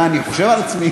מה אני חושב על עצמי,